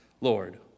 Lord